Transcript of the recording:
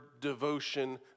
devotion